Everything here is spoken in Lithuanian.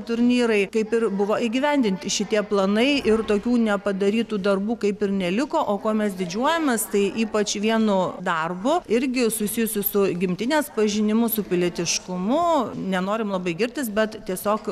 turnyrai kaip ir buvo įgyvendinti šitie planai ir tokių nepadarytų darbų kaip ir neliko o ko mes didžiuojamės tai ypač vienu darbu irgi susijusiu su gimtinės pažinimu su pilietiškumu nenorim labai girtis bet tiesiog